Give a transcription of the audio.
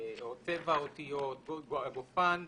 צבע האותיות, הגופן,